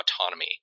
autonomy